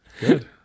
Good